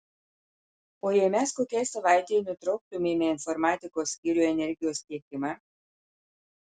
o jei mes kokiai savaitei nutrauktumėme informatikos skyriui energijos tiekimą